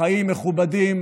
חיים מכובדים,